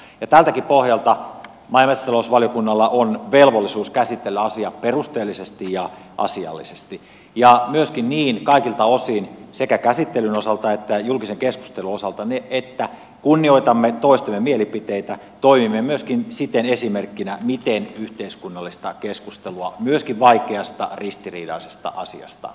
tältäkin pohjalta maa ja metsätalousvaliokunnalla on velvollisuus käsitellä asia perusteellisesti ja asiallisesti ja myöskin niin kaikilta osin sekä käsittelyn osalta että julkisen keskustelun osalta että kunnioitamme toistemme mielipiteitä ja toimimme myöskin siten esimerkkinä siinä miten yhteiskunnallista keskustelua myöskin vaikeasta ristiriitaisesta asiasta käydään